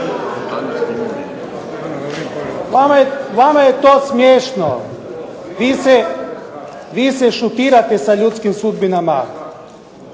Vama to smiješno. Vi se šutirate sa ljudskim sudbinama.